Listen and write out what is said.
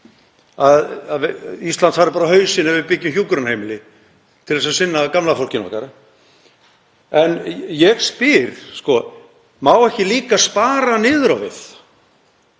Ísland fari bara á hausinn ef við byggjum hjúkrunarheimili til að sinna gamla fólkinu okkar. En ég spyr: Má ekki líka spara niður á við?